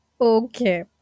Okay